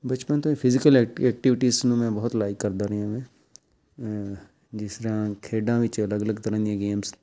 ਬਚਪਨ ਤੋਂ ਹੀ ਫਿਜੀਕਲ ਐਕਟ ਐਕਟੀਵਿਟੀਸ ਨੂੰ ਮੈਂ ਬਹੁਤ ਲਾਈਕ ਕਰਦਾ ਰਿਹਾ ਮੈਂ ਜਿਸ ਤਰ੍ਹਾਂ ਖੇਡਾਂ ਵਿੱਚ ਅਲੱਗ ਅਲੱਗ ਤਰ੍ਹਾਂ ਦੀਆਂ ਗੇਮਸ